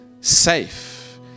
safe